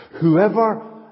Whoever